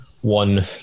one